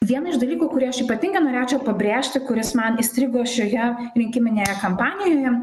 vieną iš dalykų kurį aš ypatingai norėčiau pabrėžti kuris man įstrigo šioje rinkiminėje kampanijoje